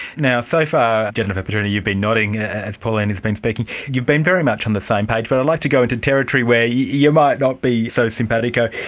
now, so far, jennifer batrouney you've been nodding as pauline has been speaking, you've been very much on the same page but i'd like to go into territory where you you might not be so simpatico.